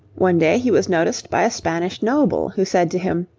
one day he was noticed by a spanish noble, who said to him,